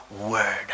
word